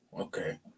Okay